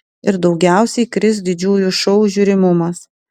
ir daugiausiai kris didžiųjų šou žiūrimumas